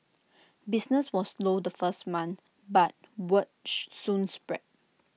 business was slow the first month but word soon spread